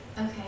Okay